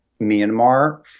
Myanmar